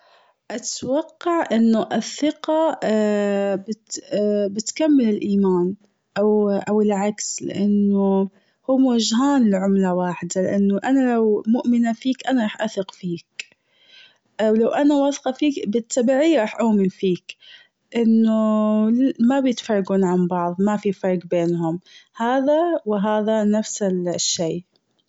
اتوقع إنه الثقة بت- بتكمل الإيمان أو-أو العكس، لأنه هو وجهان لعملة واحدة لأنه أنا لو مؤمنة فيك أنا راح اثق فيك. ولو أنا واثقة فيك بتتابعيه راح اؤمن فيك. إنه ما بتفارقون عن بعض ما في فرق بينهم. هذا وهذا نفس الشيء.